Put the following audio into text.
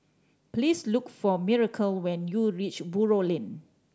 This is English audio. please look for Miracle when you reach Buroh Lane